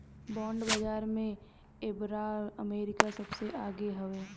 bond बाजार में एबेरा अमेरिका सबसे आगे हवे